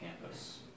campus